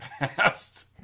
Past